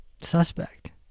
suspect